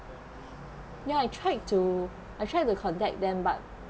ya ya I tried to I tried to contact them but